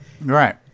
Right